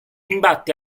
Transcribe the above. imbatte